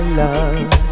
love